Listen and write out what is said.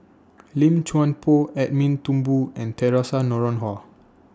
Lim Chuan Poh Edwin Thumboo and Theresa Noronha